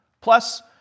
Plus